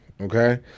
okay